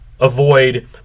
avoid